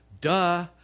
duh